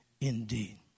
indeed